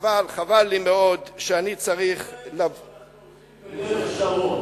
תאמר להם שאנחנו הולכים בדרך שרון,